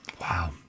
Wow